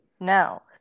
now